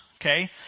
Okay